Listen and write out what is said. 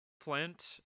flint